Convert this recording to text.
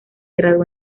graduó